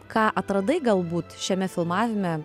ką atradai galbūt šiame filmavime